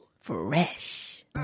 fresh